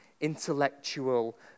intellectual